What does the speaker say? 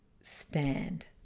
stand